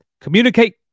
communicate